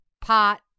Pot